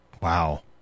Wow